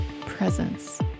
presence